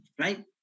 Right